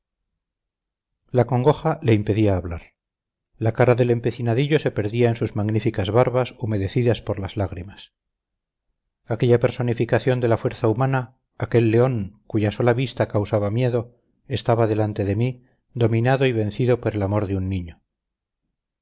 la congoja le impedía hablar la cara del empecinadillo se perdía en sus magníficas barbas humedecidas por las lágrimas aquella personificación de la fuerza humana aquel león cuya sola vista causaba miedo estaba delante de mí dominado y vencido por el amor de un niño